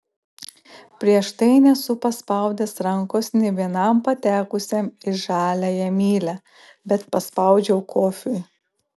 prieš tai nesu paspaudęs rankos nė vienam patekusiam į žaliąją mylią bet paspaudžiau kofiui